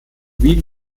wien